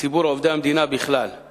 עובדי המדינה, ובכלל זה